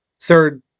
third